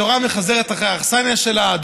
התורה מחזרת אחרי האכסניה שלה,